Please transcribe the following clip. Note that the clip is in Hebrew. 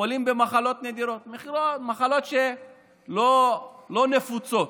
שבה חולים במחלות נדירות, מחלות שהן לא נפוצות.